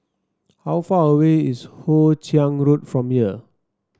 how far away is Hoe Chiang Road from here